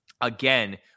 Again